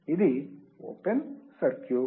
ఇది open circuit